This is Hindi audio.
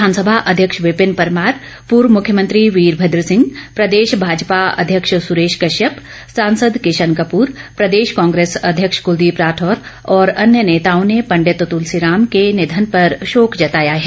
विधानसभा अध्यक्ष विपिन परमार पूर्व मुख्यमंत्री वीरमद्र सिंह प्रदेश भाजपा अध्यक्ष सुरेश कश्यप सांसद किशन कपूर प्रदेश कांग्रेस अध्यक्ष कुलदीप राठौर और अन्य नेताओं ने पंडित तुलसी राम के निधन पर शोक जाताया है